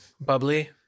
Bubbly